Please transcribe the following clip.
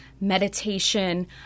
meditation